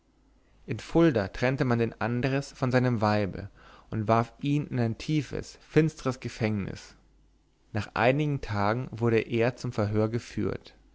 in fulda trennte man den andres von seinem weibe und warf ihn in ein tiefes finstres gefängnis nach einigen tagen wurde er zum verhör geführt